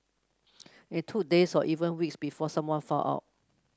it took days or even weeks before someone found out